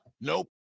Nope